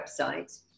website